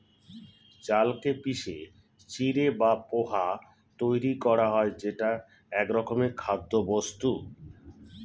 চালকে পিষে চিঁড়ে বা পোহা তৈরি করা হয় যেটা একরকমের খাদ্যবস্তু